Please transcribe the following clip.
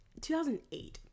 2008